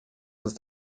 ist